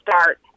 start